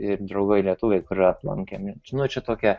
ir draugai lietuviai kurie aplankė čia tokia